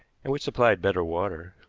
and which supplied better water.